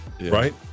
right